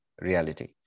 reality